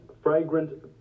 fragrant